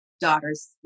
daughter's